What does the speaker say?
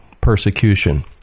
persecution